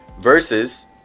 Versus